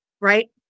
Right